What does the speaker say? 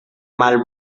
mal